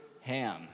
ham